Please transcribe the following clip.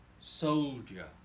soldier